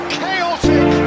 chaotic